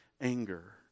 anger